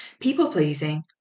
People-pleasing